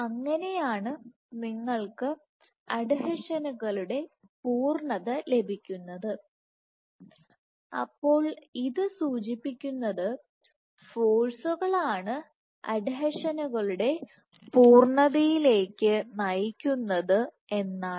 അങ്ങനെയാണ് നിങ്ങൾക്ക് അഡ്ഹീഷനുകളുടെ പൂർണത ലഭിക്കുന്നത് അപ്പോൾ ഇത് സൂചിപ്പിക്കുന്നത് ഫോഴ്സുകളാണ് അഡ്ഹീഷനുകളുടെ പൂർണതയിലേക്ക് നയിക്കുന്നതെന്നാണ്